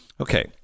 Okay